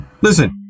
Listen